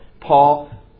Paul